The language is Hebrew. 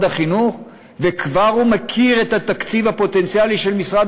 החינוך וכבר הוא מכיר את התקציב הפוטנציאלי של משרד